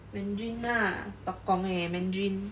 mandarin lah tok gong leh mandarin